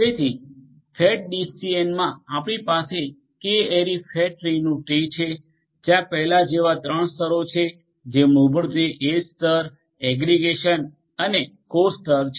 તેથી fat tree ડીસીએનમા આપણી પાસે K aryકે એરી ફેટ ટ્રીનું ટ્રી છે જ્યાં પહેલા જેવા 3 સ્તરો છે જે મૂળભૂત રીતે એજ સ્તર એગ્રિગેશન અને કોર સ્તર છે